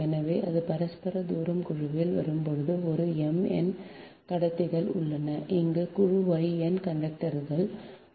எனவே அது பரஸ்பர தூரம் குழுவில் வரும்போது ஒரு M எண் கடத்திகள் உள்ளன அங்கு குழு Y எண் கண்டக்டர்கள் உள்ளனர்